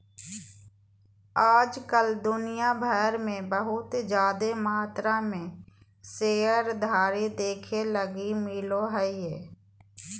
आज कल दुनिया भर मे बहुत जादे मात्रा मे शेयरधारी देखे लगी मिलो हय